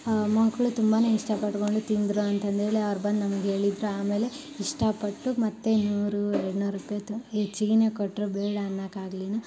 ಮಕ್ಕಳು ತುಂಬನೇ ಇಷ್ಟಪಟ್ಕೊಂಡು ತಿಂದರು ಅಂತಂದೇಳಿ ಅವ್ರು ಬಂದು ನಮ್ಗೆ ಹೇಳಿದ್ರು ಆಮೇಲೆ ಇಷ್ಟಪಟ್ಟು ಮತ್ತು ನೂರು ಇನ್ನೂರು ರುಪಾಯಿದ್ದು ಹೆಚ್ಚಿಗೆನೆ ಕೊಟ್ಟರೂ ಬೇಡ ಅನ್ನೋಕೆ ಆಗಲಿನ